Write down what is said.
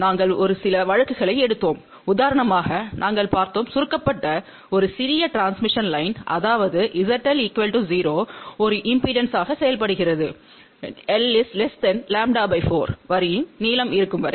நாங்கள் ஒரு சில வழக்குகளை எடுத்தோம் உதாரணமாக நாங்கள் பார்த்தோம் சுருக்கப்பட்ட ஒரு சிறிய டிரான்ஸ்மிஷன் லைன் அதாவது ZL 0 ஒரு இண்டக்டன்ஸ் செயல்படுகிறது l λ 4 வரியின் நீளம் இருக்கும் வரை